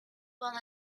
van